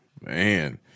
man